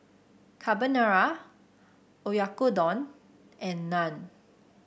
Carbonara Oyakodon and Naan